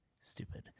Stupid